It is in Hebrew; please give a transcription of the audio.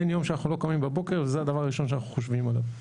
אין יום שאנחנו לא קמים בבוקר וזה הדבר הראשון שאנחנו חושבים עליו.